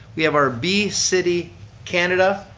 we have our bee city canada